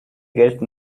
gelten